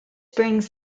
brings